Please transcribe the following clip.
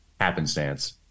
happenstance